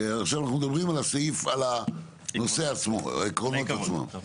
עכשיו אנחנו מדברים על הנושא עצמו, העקרון עצמו.